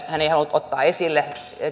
ottaa esille